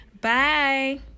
Bye